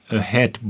ahead